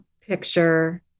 picture